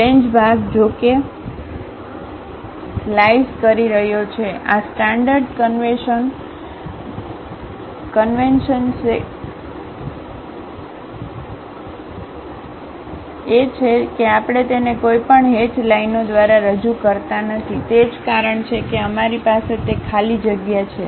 flange ભાગ જોકે તે સ્લાઈસ કરી રહ્યો છે આ સ્ટાન્ડર્ડ કન્વેન્શન સેકસીએ છે કે આપણે તેને કોઈ પણ હેચ લાઇનો દ્વારા રજૂ કરતા નથી તે જ કારણ છે કે અમારી પાસે તે ખાલી જગ્યા છે